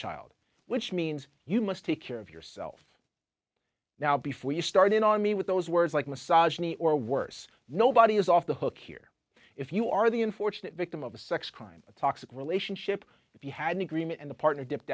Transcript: child which means you must take care of yourself now before you start in on me with those words like massage or worse nobody is off the hook here if you are the unfortunate victim of a sex crime a toxic relationship if you had an agreement and the partner dipped